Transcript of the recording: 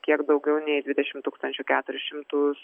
kiek daugiau nei dvidešim tūkstančių keturis šimtus